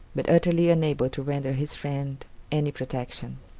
but utterly unable to render his friend any protection.